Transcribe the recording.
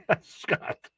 Scott